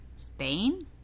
Spain